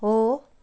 हो